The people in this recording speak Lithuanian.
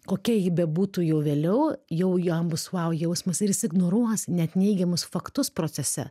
kokia ji bebūtų jau vėliau jau jam bus vau jausmas ir jis ignoruos net neigiamus faktus procese